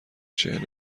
چهل